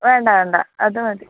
വേണ്ട വേണ്ട അത് മതി